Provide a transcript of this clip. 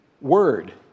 Word